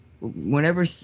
whenever